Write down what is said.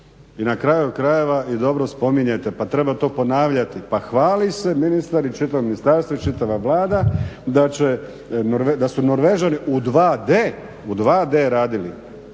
I na kraju krajeva i dobro spominjete, pa treba to ponavljati, pa hvali se ministar i čitavo ministarstvo i čitava Vlada su Norvežani u 2D,